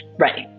right